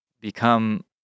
become